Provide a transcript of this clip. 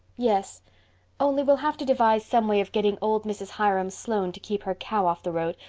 yes only we'll have to devise some way of getting old mrs. hiram sloane to keep her cow off the road,